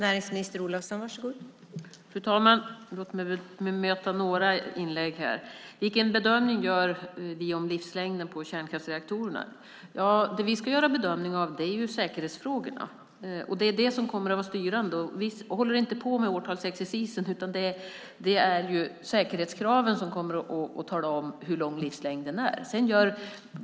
Fru talman! Låt mig bemöta några av inläggen. Vilken bedömning gör vi av livslängden på kärnkraftsreaktorerna? Det vi ska göra en bedömning av är säkerhetsfrågorna. De kommer att vara styrande. Vi håller inte på med någon årtalsexercis, utan det är säkerhetskraven som kommer att tala om hur lång livslängden blir.